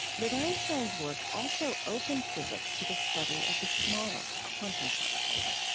but einstein's work also opened physics to the study of the smallest quantum particles.